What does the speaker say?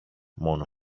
μόνο